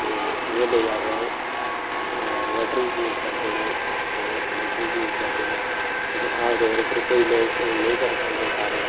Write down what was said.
ते एहदे लेई असें इन्वर्टर बी यूज़ करदे न ते जनरेटर बी यूज़ करदे न लेकिन आमतौर उप्पर कोई लोग नेई करी सकदे सारे